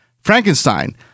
Frankenstein